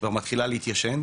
כבר מתחילה להתיישן,